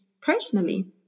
personally